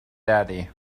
daddy